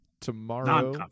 tomorrow